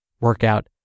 Workout